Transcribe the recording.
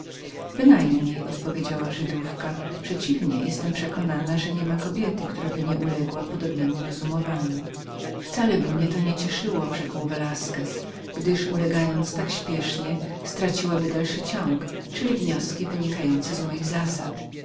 nic odpowiedziała żydówka owszem jestem przekonaną że niema kobiety któraby nie uległa podobnemu rozumowaniu wcale by mnie to nie cieszyło odparł velasquez gdyż ulegając tak śpiesznie straciłaby następstwo moich równań czyli wniosków wypadających z moich zasad